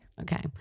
Okay